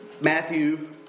Matthew